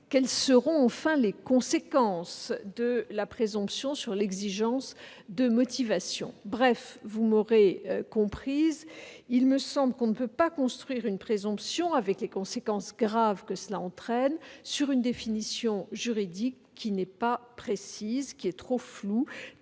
Quelles seront enfin les conséquences de la présomption sur l'exigence de motivation ? Bref, vous m'aurez comprise, il me semble que l'on ne peut pas construire une présomption, avec les conséquences graves que cela entraîne, à partir d'une définition juridique aussi floue que celle